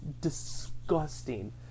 disgusting